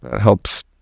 helps